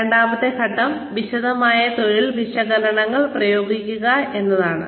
രണ്ടാമത്തെ ഘട്ടം വിശദമായ തൊഴിൽ വിവരണങ്ങൾ ഉപയോഗിക്കുക എന്നതാണ്